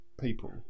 people